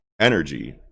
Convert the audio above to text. energy